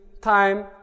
time